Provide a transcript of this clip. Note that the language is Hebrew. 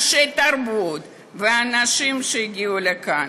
ואנשי תרבות הגיעו לכאן.